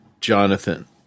Jonathan